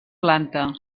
planta